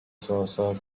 sorcerer